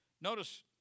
Notice